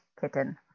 Kitten